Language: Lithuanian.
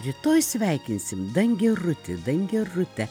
rytoj sveikinsim dangerutį dangerutę